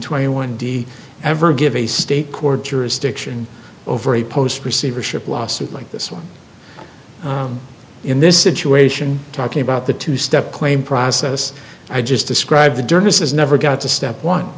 twenty one d ever give a state court jurisdiction over a post receivership lawsuit like this one in this situation talking about the two step claim process i just described the dearness has never got to step one